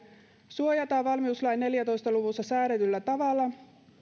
suojataan valmiuslain neljässätoista luvussa säädetyllä tavalla